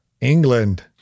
England